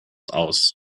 aus